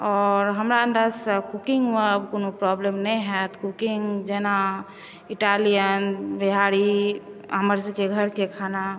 आओर हमरा अन्दाज़से कूकिंग़मे आब कोनो प्रॉब्लम नहि होयत कूकिंग जेना इटालियन बिहारी हमरसभके घरकें खाना